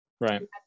Right